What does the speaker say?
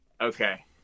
Okay